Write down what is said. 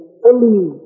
fully